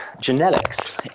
genetics